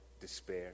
despair